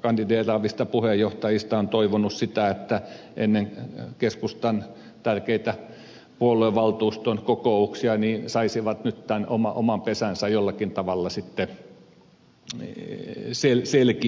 kandideeraavista puheenjohtajista on toivonut sitä että ennen keskustan tärkeitä puoluevaltuuston kokouksia saisivat nyt tämän oman pesänsä jollakin tavalla sitten selkiytettyä